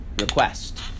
request